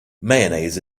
mayonnaise